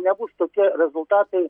nebus tokie rezultatai